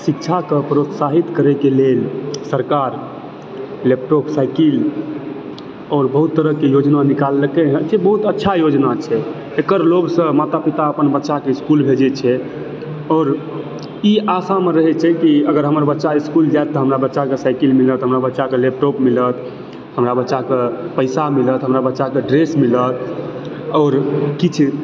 शिक्षाकऽ प्रोत्साहित करैक लेल सरकार लैपटॉप साइकिल आओर बहुत तरहके योजना निकाललकै हें बहुत अच्छा योजना छै एकर लोभसऽ माता पिता अपन बच्चाकऽ इस्कूल भेजै छै आओर ई आशामऽ रहै छै कि अगर हमर बच्चा इस्कूल जायत तऽ हमरा बच्चाकऽ साइकिल मिलत हमरा बच्चाकऽ लैपटॉप मिलत हमरा बच्चाकऽ पैसा मिलत हमरा बच्चाकऽ ड्रेस मिलत आओर किछु